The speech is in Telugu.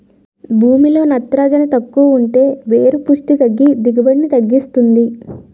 భూమిలో నత్రజని తక్కువుంటే వేరు పుస్టి తగ్గి దిగుబడిని తగ్గిస్తుంది